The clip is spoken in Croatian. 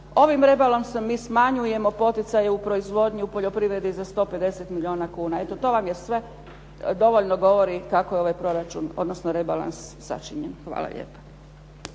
Ovim rebalansom mi smanjujemo poticaje u proizvodnji, u poljoprivredi za 150 milijuna kuna. Eto, to vam sve dovoljno govori kako je ovaj proračun, odnosno rebalans sačinjen. Hvala lijepa.